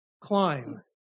Climb